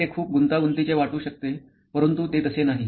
ते खूप गुंतागुंतीचे वाटू शकते परंतु ते तसे नाही